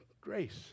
grace